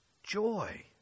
Joy